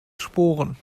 sporen